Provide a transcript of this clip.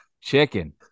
Chicken